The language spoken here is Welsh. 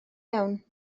iawn